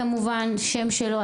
השם שלו,